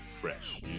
fresh